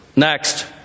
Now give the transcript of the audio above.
Next